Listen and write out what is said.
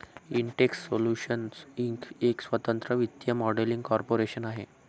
Intex solutions inc एक स्वतंत्र वित्तीय मॉडेलिंग कॉर्पोरेशन आहे